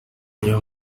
niyo